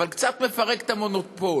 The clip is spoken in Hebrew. אבל קצת מפרק את המונופול,